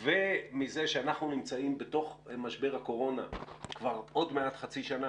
ומזה שאנחנו נמצאים בתוך משבר הקורונה כבר עוד מעט חצי שנה,